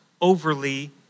overly